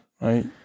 right